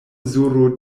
zuro